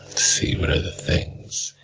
see, what are the things?